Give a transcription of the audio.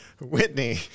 Whitney